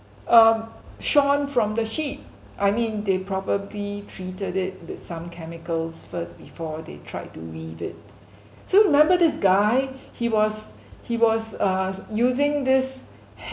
um shorn from the sheep I mean they probably treated it with some chemicals first before they tried to weave it so remember this guy he was he was uh using this